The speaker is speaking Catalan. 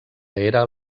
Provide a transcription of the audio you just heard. era